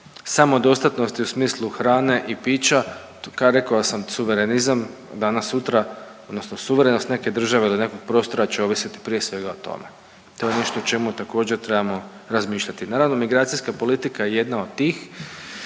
samodostatnosti u smislu hrane i pića …/Govornik se ne razumije. suverenizam danas sutra odnosno suverenost neke države ili nekog prostora će ovisiti prije svega o tome, to je nešto o čemu također trebamo razmišljati. Naravno migracijska politika je jedna od tih